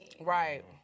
Right